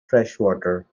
freshwater